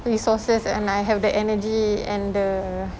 resources and I have the energy and the